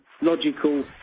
logical